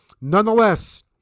Nonetheless